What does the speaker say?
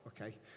okay